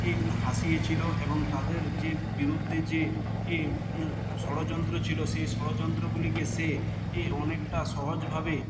হাসিয়েছিলো এবং তাদের যে বিরুদ্ধে যে এ ষড়যন্ত্র ছিলো সেই ষড়যন্ত্রগুলিকে সে এ অনেকটা সহজ ভাবে